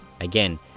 again